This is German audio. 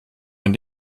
wenn